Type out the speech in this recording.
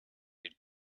had